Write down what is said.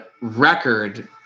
record